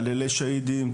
מהללי שאהידים,